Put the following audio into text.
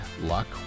luck